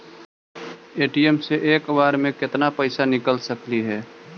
ATM से एक बार मे केत्ना पैसा निकल सकली हे?